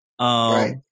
Right